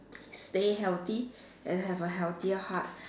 stay healthy and have a healthier heart